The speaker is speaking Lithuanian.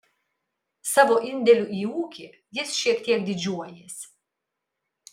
savo indėliu į ūkį jis šiek tiek didžiuojasi